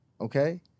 okay